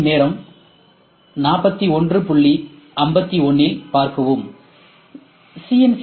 திரையின் நேரம் 4151இல் பார்க்கவும் சி